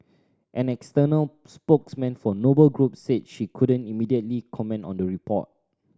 an external spokesman for Noble Group said she couldn't immediately comment on the report